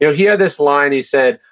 yeah he had this line, he said,